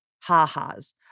ha-ha's